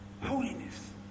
holiness